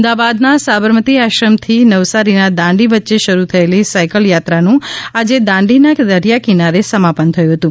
અમદાવાદના સાબરમતી આશ્રમથી નવસારીના દાંડી વચ્ચે શરૂ થયેલી સાઇકલ યાત્રાનું આજે દાંડીના દરિયાકિનારે સમાપન થયું હતું